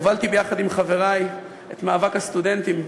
הובלתי יחד עם חברי את מאבק הסטודנטים,